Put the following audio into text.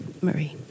Marie